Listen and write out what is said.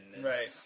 Right